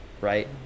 right